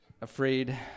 afraid